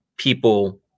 people